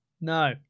no